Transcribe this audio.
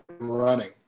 running